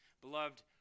Beloved